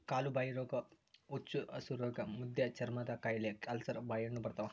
ಕಾಲುಬಾಯಿರೋಗ ಹುಚ್ಚುಹಸುರೋಗ ಮುದ್ದೆಚರ್ಮದಕಾಯಿಲೆ ಅಲ್ಸರ್ ಬಾಯಿಹುಣ್ಣು ಬರ್ತಾವ